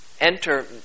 enter